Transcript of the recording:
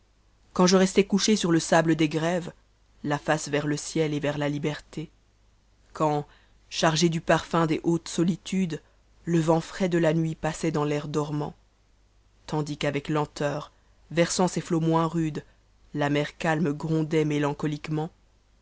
quand je restais couché sur le sable des grèves i a face vers le ciel et vers la liberté quand chargé du parfum des hautes solitudes le vent frais de la nuit passait dans l'air dormant tandis qu'avec lenteur versant ses rots moins rudes la mer calme grondait métancomqnement